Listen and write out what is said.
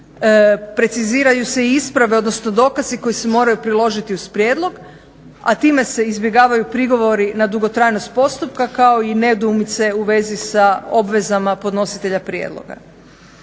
Preciziraju se i isprave odnosno dokazi koji se moraju priložiti uz prijedlog, a time se izbjegavaju prigovori na dugotrajnost postupka kao i nedoumice u vezi sa obvezama podnositelja prijedloga.